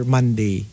Monday